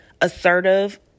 assertive